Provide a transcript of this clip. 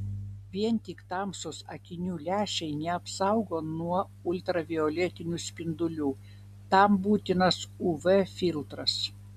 vien tik tamsūs akinių lęšiai neapsaugo nuo ultravioletinių spindulių tam būtinas uv filtras